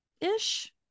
ish